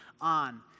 on